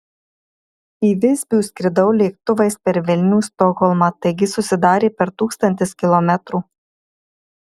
į visbių skridau lėktuvais per vilnių stokholmą taigi susidarė per tūkstantis kilometrų